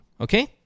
Okay